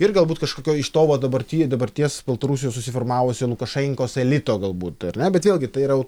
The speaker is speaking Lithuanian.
ir galbūt kažkokio iš to va dabarty dabarties baltarusijos susiformavusio lukašenkos elito galbūt ar ne bet vėlgi tai yra